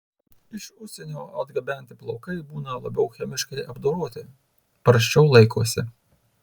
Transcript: iš užsienio atgabenti plaukai būna labiau chemiškai apdoroti prasčiau laikosi